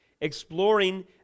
exploring